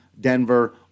Denver